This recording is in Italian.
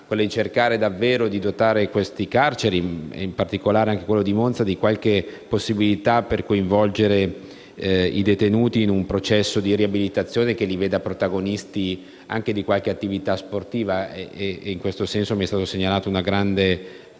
la necessità di dotare queste carceri, in particolare quello di Monza, della possibilità di coinvolgere davvero i detenuti in un processo di riabilitazione che li veda protagonisti anche di qualche attività sportiva. In questo senso, mi è stata segnalata una grande